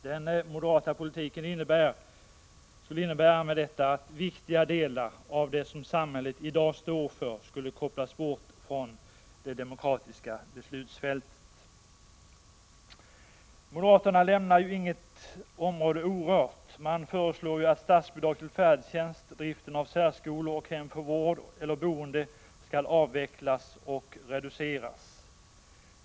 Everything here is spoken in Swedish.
Den moderata politiken skulle innebära att viktiga delar av det som samhället i dag står för skulle kopplas bort från det demokratiska beslutsfältet. Moderaterna lämnar inte något område orört. Man föreslår att statsbidrag till färdtjänst, driften av särskolor och hem för vård eller boende skall avvecklas och reduceras.